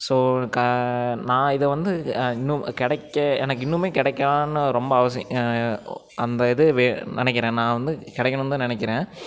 so க நான் இதை வந்து இன்னும் கிடைக்க எனக்கு இன்னுமே கிடைக்கான்னு ரொம்ப அவசி அந்த இது நினக்கிறேன் நான் வந்து கிடக்கணுந்தான் நினக்கிறேன்